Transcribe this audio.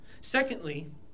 Secondly